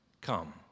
Come